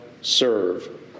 serve